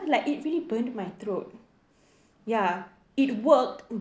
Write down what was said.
like it really burned my throat ya it worked